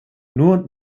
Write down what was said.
nur